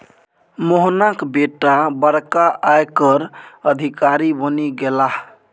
मोहनाक बेटा बड़का आयकर अधिकारी बनि गेलाह